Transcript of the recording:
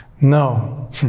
No